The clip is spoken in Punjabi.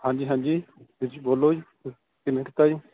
ਹਾਂਜੀ ਹਾਂਜੀ ਤੁਸੀਂ ਬੋਲੋ ਜੀ ਕਿਵੇਂ ਕੀਤਾ ਜੀ